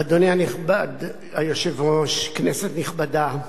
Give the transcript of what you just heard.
אדוני הנכבד, היושב-ראש, כנסת נכבדה,